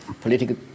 political